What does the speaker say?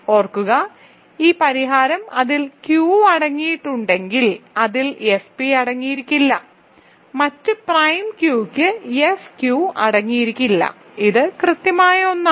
ഓർക്കുക ഈ പരിഹാരം അതിൽ Q അടങ്ങിയിട്ടുണ്ടെങ്കിൽ അതിൽ F p അടങ്ങിയിരിക്കില്ല മറ്റ് പ്രൈം q ക്ക് F q അടങ്ങിയിരിക്കില്ല ഇത് കൃത്യമായി ഒന്നാണ്